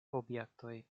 objektoj